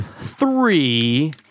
three